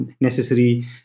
necessary